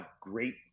great